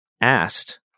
asked